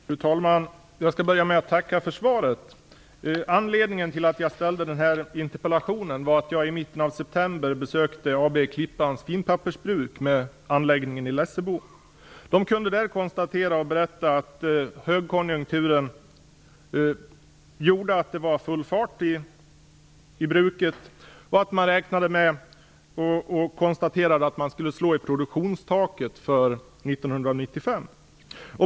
Fru talman! Jag skall börja med att tacka för svaret. Anledningen till att jag ställde den här interpellationen är att när jag i mitten av september besökte AB Klippans finpappersbruk med anläggningen i Lessebo berättade man där att högkonjunkturen gjort att det var full fart i bruket och att man skulle slå i produktionstaket för 1995.